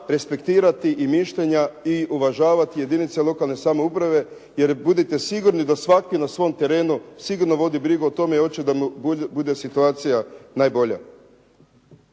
respektirati i mišljenja i uvažavati jedince lokalne samouprave, jer budite sigurni da svaki na svom terenu sigurno vodi brigu o tome i hoće da mu bude situacija najbolja.